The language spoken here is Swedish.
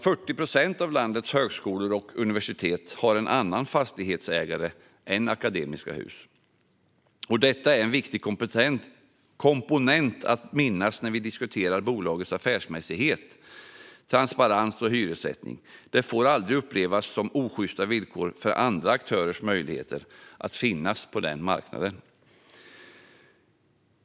40 procent av landets högskolor och universitet har en annan fastighetsägare än Akademiska Hus, och detta är en viktig komponent att minnas när vi diskuterar bolagets affärsmässighet, transparens och hyressättning. Det får aldrig upplevas som osjysta villkor för andra aktörers möjligheter att finnas på marknaden.